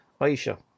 Aisha